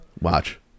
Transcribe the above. Watch